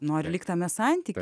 nori likt tame santyky